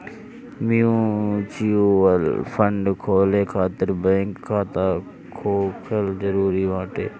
mutual fund खोले खातिर bank खाता होखल जरुरी बाटे